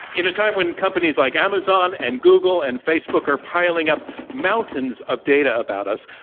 in a time when companies like amazon and google and facebook are piling up mountains of data about us,